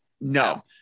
No